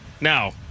Now